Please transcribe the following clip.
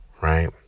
right